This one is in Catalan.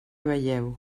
veieu